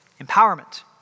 empowerment